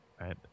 right